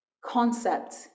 concept